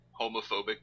homophobic